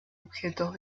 objetos